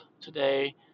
today